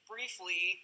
briefly